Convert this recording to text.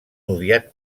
odiat